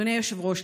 אדוני היושב-ראש,